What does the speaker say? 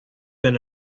been